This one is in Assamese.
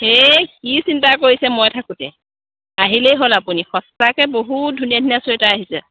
সেই কি চিন্তা কৰিছে মই থাকোঁতে আহিলেই হ'ল আপুনি সস্তাতে বহুত ধুনীয়া ধুনীয়া ছুৱেটাৰ আহিছে